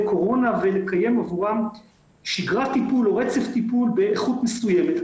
קורונה ולקיים עבורם שגרת טיפול או רצף טיפול באיכות מסוימת.